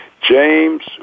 James